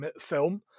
film